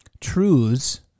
truths